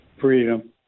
freedom